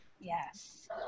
Yes